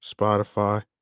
Spotify